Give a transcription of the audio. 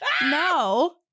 no